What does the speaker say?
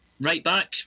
Right-back